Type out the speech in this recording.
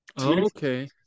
Okay